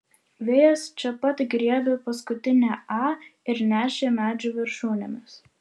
vėjas čia pat griebė paskutinę a ir nešė medžių viršūnėmis